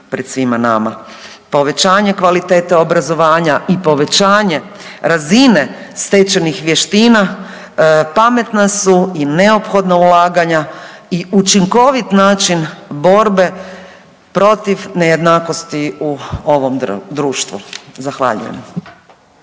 Povećanje kvalitete obrazovanja i povećanje razine stečenih vještina pametna su neophodna ulaganja i učinkovit način borbe protiv nejednakosti u ovom društvu. Zahvaljujem.